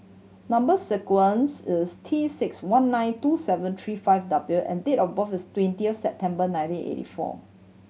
number sequence is T six one nine two seven three five W and date of birth is twentieth September nineteen eighty four